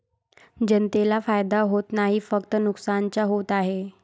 जनतेला फायदा होत नाही, फक्त नुकसानच होत आहे